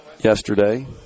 yesterday